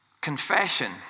Confession